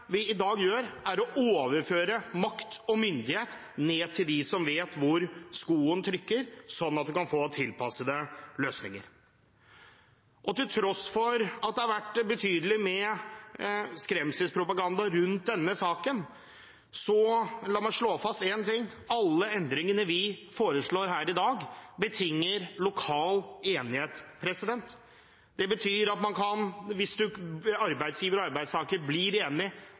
vi i dag gjør, er å overføre makt og myndighet ned til dem som vet hvor skoen trykker, slik at vi kan få tilpassede løsninger. Til tross for at det har vært betydelig med skremselspropaganda rundt denne saken, la meg slå fast én ting: Alle endringene vi foreslår her i dag, betinger lokal enighet. Det betyr at hvis arbeidsgiver og arbeidstaker blir